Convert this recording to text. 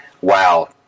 Wow